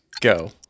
go